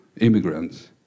immigrants